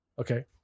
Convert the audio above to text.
Okay